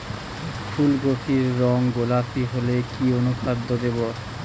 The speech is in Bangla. ফুল কপির রং গোলাপী হলে কি অনুখাদ্য দেবো?